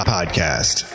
Podcast